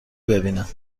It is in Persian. ببینم